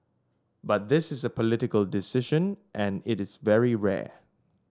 but this is a political decision and it's very rare